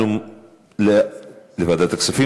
לוועדת הכספים?